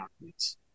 athletes